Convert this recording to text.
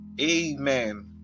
Amen